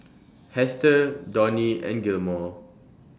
Hester Donnie and Gilmore